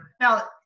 Now